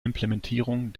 implementierung